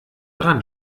dran